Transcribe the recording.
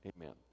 Amen